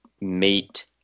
mate